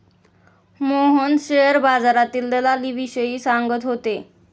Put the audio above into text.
Mohan share बाजारातील दलालीविषयी सांगत होते